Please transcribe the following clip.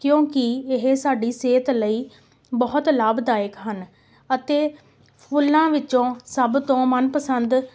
ਕਿਉਂਕਿ ਇਹ ਸਾਡੀ ਸਿਹਤ ਲਈ ਬਹੁਤ ਲਾਭਦਾਇਕ ਹਨ ਅਤੇ ਫੁੱਲਾਂ ਵਿੱਚੋਂ ਸਭ ਤੋਂ ਮਨ ਪਸੰਦ